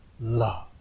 love